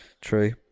True